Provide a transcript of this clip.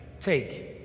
Take